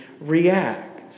react